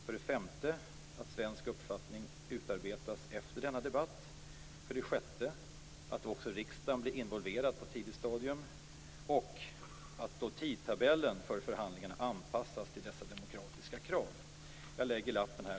För det femte bör den svenska uppfattningen utarbetas efter denna debatt. För det sjätte måste också riksdagen bli involverad på ett tidigt stadium. Dessutom bör tidtabellen för förhandlingarna anpassas till dessa demokratiska krav. Jag lägger lappen här.